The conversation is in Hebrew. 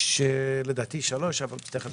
יש לדעתי שלוש, אבל תכף אני אסתכל.